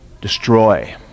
destroy